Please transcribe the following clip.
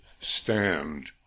stand